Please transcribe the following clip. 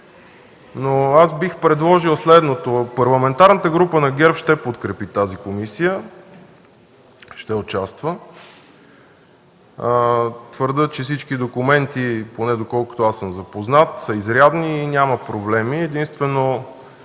които са държавни. Парламентарната група на ГЕРБ ще подкрепи тази комисия, ще участва. Твърдя, че всички документи, поне доколкото аз съм запознат, са изрядни и няма проблеми. Единствено